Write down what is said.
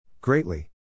Greatly